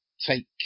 take